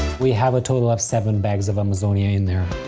we have a total of seven bags of amazonia in there.